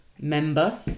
member